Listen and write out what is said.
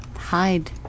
hide